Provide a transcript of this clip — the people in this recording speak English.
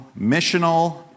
missional